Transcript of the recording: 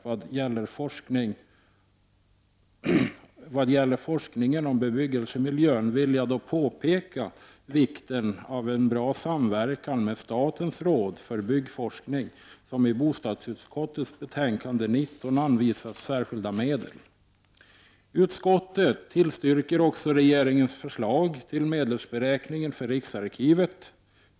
Vad gäller forskningen om bebyggelsemiljön vill jag påpeka vikten av bra samverkan med statens råd för byggforskning som i bostadsutskottets betänkande 19 anvisats särskilda medel. Utskottet tillstyrker också regeringens förslag till medelsberäkningen för riksarkivet.